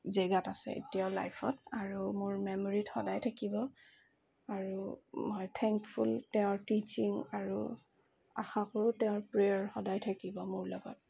জেগাত আছে এতিয়াও লাইফত আৰু মোৰ মেমৰিত সদায় থাকিব আৰু মই থেংকফুল তেওঁৰ টিচিং আৰু আশা কৰোঁ তেওঁৰ প্ৰেয়াৰ সদায় থাকিব মোৰ লগত